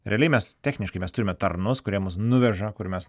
realiai mes techniškai mes turime tarnus kurie mus nuveža kur mes